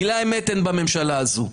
מילה אמת אין בממשלה הזו.